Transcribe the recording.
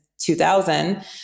2000